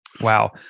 Wow